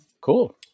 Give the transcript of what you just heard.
cool